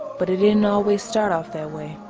but it didn't always start off that way.